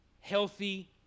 healthy